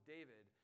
David